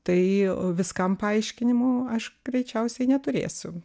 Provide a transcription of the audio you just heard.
tai viskam paaiškinimų aš greičiausiai neturėsiu